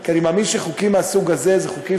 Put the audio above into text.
כי אני מאמין שחוקים מהסוג הזה הם חוקים